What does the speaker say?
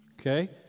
Okay